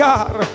God